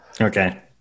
Okay